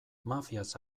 mafiaz